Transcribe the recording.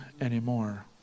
anymore